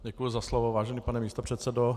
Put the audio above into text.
Děkuji za slovo, vážený pane místopředsedo.